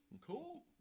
Cool